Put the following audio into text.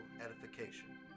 edification